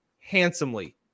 handsomely